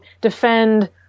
defend